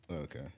Okay